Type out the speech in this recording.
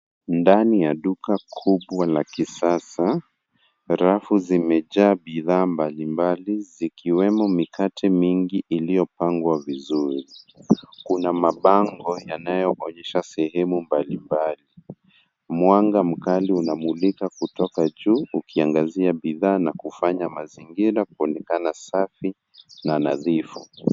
Ndani ya duka kubwa la kisasa, rafu zimejaa bidhaa mbalimbali zikiwemo mikate mingi iliyopangwa vizuri. Kuna mabango yanayoonyesha sehemu mbalimbali. Mwanga mkali unamulika kutoka juu ukiangazia bidhaa na kufanya mazingira kuonekana safi na nadhifu.